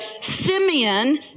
Simeon